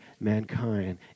mankind